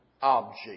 Object